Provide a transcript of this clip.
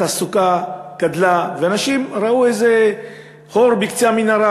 התעסוקה גדלה ואנשים ראו איזה אור בקצה המנהרה.